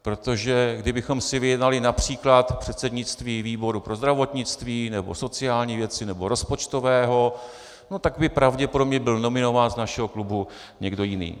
Protože kdybychom si vyjednali například předsednictví výboru pro zdravotnictví nebo sociální věci nebo rozpočtového, tak by pravděpodobně byl nominován z našeho klubu někdo jiný.